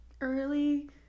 early